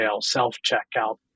self-checkout